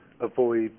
avoid